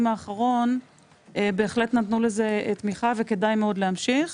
האחרון בהחלט נתנו לזה תמיכה וכדאי מאוד להמשיך.